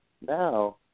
Now